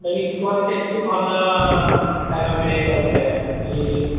ବାକି ସେ କୁହନ୍ତି ସେଠି ଭଲ ଖାଇବା ମିଳେ କହିଲେ ବାକି